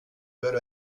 bel